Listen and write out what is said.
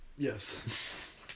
Yes